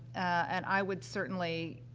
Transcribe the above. and i would certainly